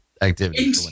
activity